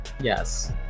yes